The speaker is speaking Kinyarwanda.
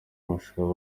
w’amashuri